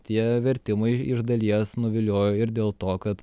tie vertimai iš dalies nuviliojo ir dėl to kad